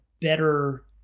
better